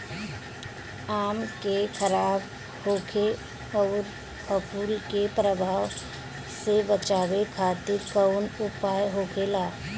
आम के खराब होखे अउर फफूद के प्रभाव से बचावे खातिर कउन उपाय होखेला?